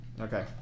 Okay